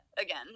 again